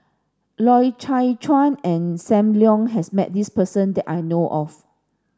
Loy Chye Chuan and Sam Leong has met this person that I know of